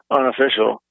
unofficial